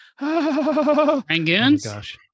Rangoons